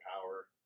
Power